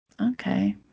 Okay